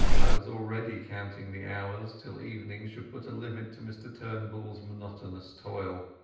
i was already counting the hours till evening should put a limit to mr turnbullas monotonous toil.